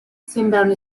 sembrano